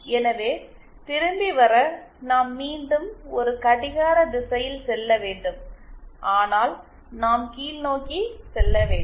எனவே திரும்பி வர நாம் மீண்டும் ஒரு கடிகார திசையில் செல்ல வேண்டும் ஆனால் நாம் கீழ்நோக்கி செல்ல வேண்டும்